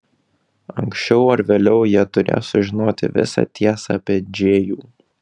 anksčiau ar vėliau jie turės sužinoti visą tiesą apie džėjų